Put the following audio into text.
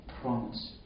promise